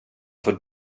får